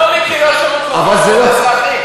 לא שירות לאומי, שירות אזרחי,